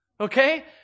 Okay